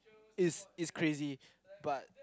it's it's crazy but